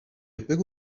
بگو